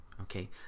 okay